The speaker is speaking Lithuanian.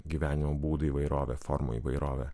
gyvenimo būdų įvairovė formų įvairovė